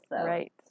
Right